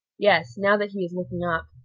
yes, now that he is looking up.